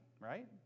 right